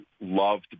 loved